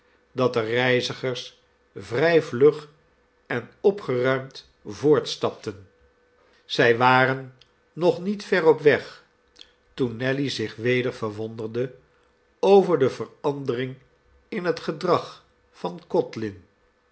dat de reizigers vrij vlug en opgeruimd voortstapten zij waren nog niet ver op weg toen nelly zich weder verwonderde over de verandering in het gedrag van codlin